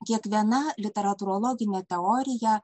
kiekviena literatūrologinė teorija